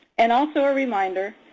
and also a reminder,